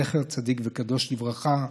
זכר צדיק וקדוש לברכה,